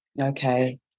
Okay